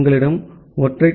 உங்களிடம் ஒற்றை டி